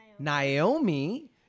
Naomi